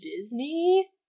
Disney